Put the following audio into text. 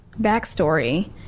backstory